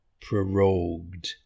prorogued